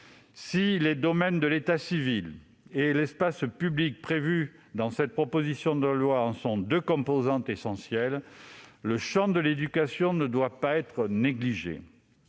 Si les domaines de l'état civil et de l'espace public abordés dans cette proposition de loi en sont deux composantes essentielles, le champ de l'éducation ne doit pas être négligé.